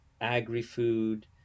agri-food